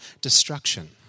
destruction